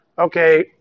okay